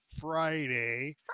Friday